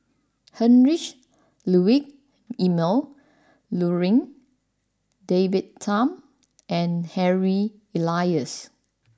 Heinrich Ludwig Emil Luering David Tham and Harry Elias